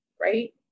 Right